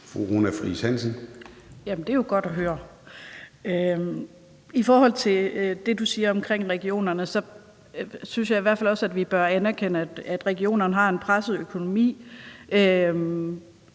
Runa Friis Hansen (EL): Jamen det er jo godt at høre. I forhold til det, du siger, om regionerne, synes jeg i hvert fald også, at vi bør anerkende, at regionerne har en presset økonomi